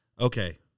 Okay